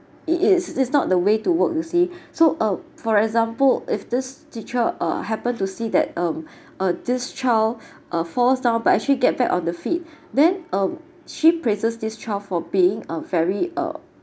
it is is not the way to work you see so uh for example if this teacher uh happen to see that um uh this child uh falls down but actually get back on the feet then uh she praises this child for being a very uh